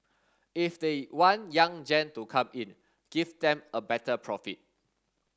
if they want young gen to come in give them a better profit